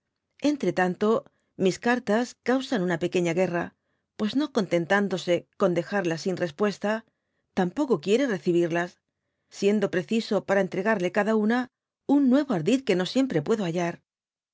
entre tanto mis cartas causan una pequeña guerf a pues no contentándose con dejarlas sin respuesta tampoco quiere recibirlas siendo preciso para entregarle cada una un nuevo ardid que no siempre puedo hallar